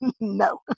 no